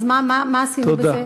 אז מה עשינו בזה?